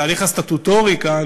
התהליך הסטטוטורי כאן,